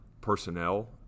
personnel